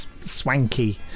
swanky